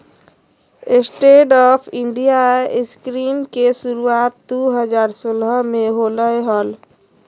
stand up India scheme के शुरुआत दू हज़ार सोलह में होलय हल